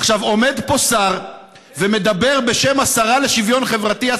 עומד פה שר ומדבר בשם השרה לשוויון חברתי,